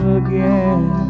again